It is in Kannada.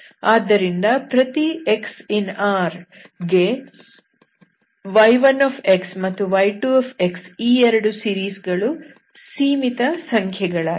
ಆದ್ದರಿಂದ ಪ್ರತಿ x∈R ಗೆ y1x ಮತ್ತು y2x ಈ 2 ಸೀರೀಸ್ ಗಳು ಸೀಮಿತ ಸಂಖ್ಯೆ ಗಳಾಗಿವೆ